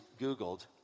Googled